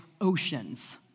Oceans